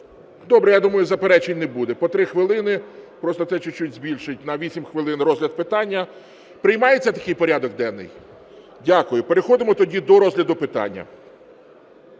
Добре, я думаю заперечень не буде, по 3 хвилини, просто це чуть-чуть збільшить, на 8 хвилин, розгляд питання. Приймається такий порядок денний? Дякую. Переходимо тоді до розгляду питання.